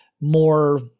more